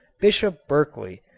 bishop berkeley,